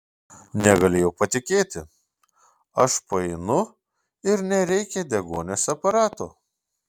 negalėjau patikėti aš paeinu ir nereikia deguonies aparato